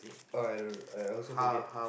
uh I don't know I also forget